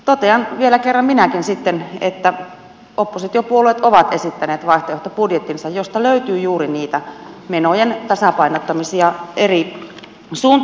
totean vielä kerran minäkin sitten että oppositiopuolueet ovat esittäneet vaihtoehtobudjettinsa josta löytyy juuri niitä menojen tasapainottamisia eri suuntiin